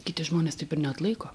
kiti žmonės taip ir neatlaiko